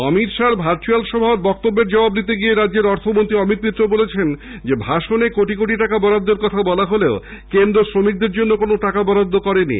অমিত শাহর ভার্চুয়াল সভার বক্তব্যের জবাব দিতে গিয়ে রাজ্যের অর্থমন্ত্রী অমিত মিত্র বলেন ভাষণে কোটি কোটি টাকা বরাদ্দের কথা বলা হলেও কেন্দ্র শ্রমিকদের জন্য কোনো টাকা বরাদ্দ করেনি